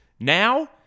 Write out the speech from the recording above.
Now